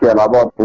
yeah la la